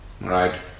right